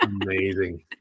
Amazing